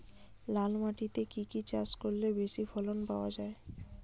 লাল মাটিতে কি কি চাষ করলে বেশি ফলন পাওয়া যায়?